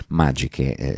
magiche